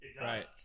right